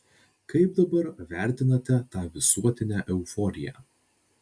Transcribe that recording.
kaip dabar vertinate tą visuotinę euforiją